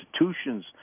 institutions